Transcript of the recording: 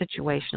situational